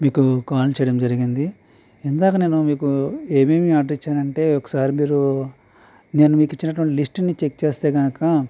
మీకు కాల్ చెయ్యడం జరిగింది ఇందాక నేను మీకు ఏమి ఏమి ఆర్డర్ ఇచ్చాను అంటే ఒకసారి మీరు నేను మీకు ఇచ్చినటువంటి లిస్ట్ని చెక్ చేస్తే గనక